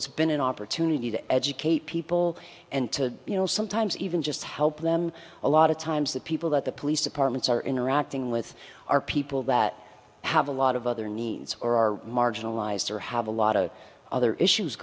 it's been an opportunity to educate people and to you know sometimes even just help them a lot of times the people that the police departments are interacting with are people that have a lot of other needs or are marginalized or have a lot of other issues